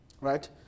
Right